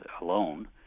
alone